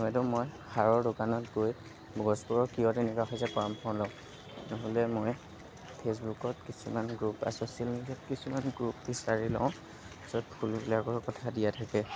হয়তো মই সাৰৰ দোকানত গৈ গছবোৰৰ কিয় তেনেকুৱা হৈছে পৰামৰ্শ লওঁ নহ'লে মই ফেচবুকত কিছুমান গ্ৰুপ বা চ'চিয়েল মিডিয়াত কিছুমান গ্ৰুপ বিচাৰি লওঁ য'ত ফুলবিলাকৰ কথা দিয়া থাকে